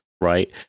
right